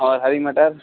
اور ہری مٹر